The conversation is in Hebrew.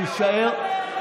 תפסיק להפריע לי.